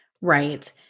Right